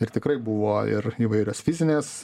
ir tikrai buvo ir įvairios fizinės